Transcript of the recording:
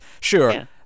sure